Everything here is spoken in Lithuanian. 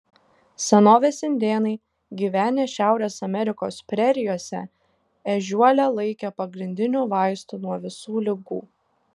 senovės indėnai gyvenę šiaurės amerikos prerijose ežiuolę laikė pagrindiniu vaistu nuo visų ligų